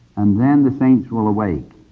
and then the saints will awake.